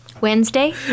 Wednesday